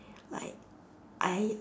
like I